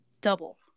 double